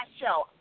show